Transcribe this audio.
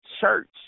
church